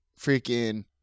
freaking